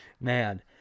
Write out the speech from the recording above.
Man